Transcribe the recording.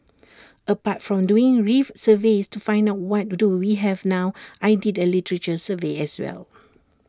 apart from doing reef surveys to find out what do we have now I did A literature survey as well